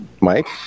Mike